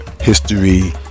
history